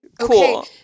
Cool